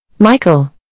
Michael